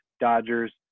Dodgers